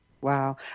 Wow